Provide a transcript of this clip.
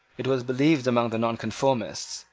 it was believed among the nonconformists,